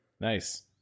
Nice